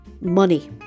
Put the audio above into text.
money